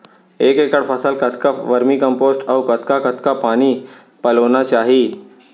एक एकड़ फसल कतका वर्मीकम्पोस्ट अऊ कतका कतका पानी पलोना चाही?